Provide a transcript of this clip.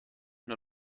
nur